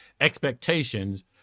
expectations